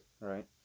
Right